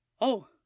Oh